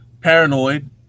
Paranoid